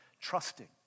trusting